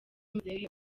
muzehe